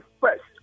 first